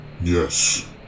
Yes